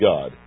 God